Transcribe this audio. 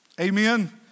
Amen